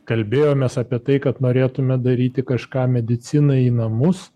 kalbėjomės apie tai kad norėtume daryti kažką medicinai į namus